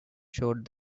showed